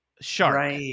Shark